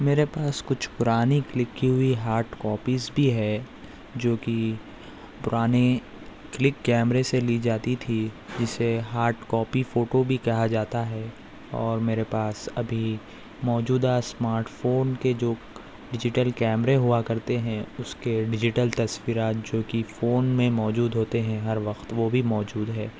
میرے پاس کچھ پرانی کلک کی ہوئی ہارڈ کاپیز بھی ہے جو کہ پرانے کلک کیمرے سے لی جاتی تھیں جسے ہارڈ کاپی فوٹو بھی کہا جاتا ہے اور میرے پاس ابھی موجودہ اسمارٹ فون کے جو ڈیجیٹل کیمرے ہوا کرتے ہیں اس کے ڈیجیٹل تصویرات جو کہ فون میں موجود ہوتے ہیں ہر وقت وہ بھی موجود ہے